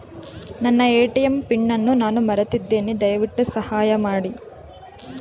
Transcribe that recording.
ನನ್ನ ATM PIN ಅನ್ನು ನಾನು ಮರೆತಿದ್ದೇನೆ, ದಯವಿಟ್ಟು ಸಹಾಯ ಮಾಡಿ